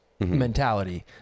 Mentality